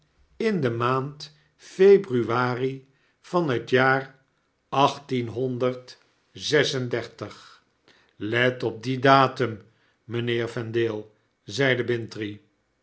in de maand februari van het jaar achttienhonderd zes en dertig let op dien datum mynheer vendale zeide